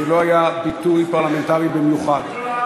זה לא היה ביטוי פרלמנטרי במיוחד.